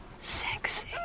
sexy